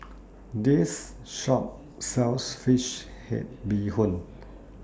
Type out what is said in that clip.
This Shop sells Fish Head Bee Hoon